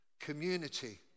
community